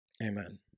amen